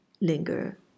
Linger